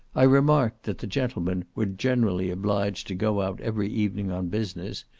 i remarked that the gentlemen were generally obliged to go out every evening on business,